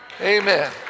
Amen